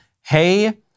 hey